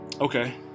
Okay